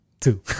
two